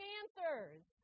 answers